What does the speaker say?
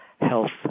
health